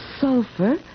Sulfur